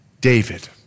David